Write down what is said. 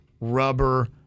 rubber